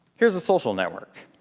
here's a social network.